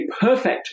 perfect